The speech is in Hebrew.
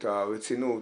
את הרצינות,